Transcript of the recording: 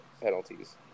penalties